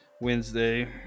wednesday